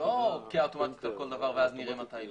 לא פקיעה אוטומטית על כל דבר ואז נראה מתי לא.